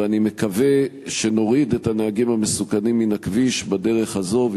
ואני מקווה שנוריד את הנהגים המסוכנים מן הכביש בדרך הזאת,